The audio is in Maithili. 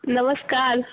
नमस्कार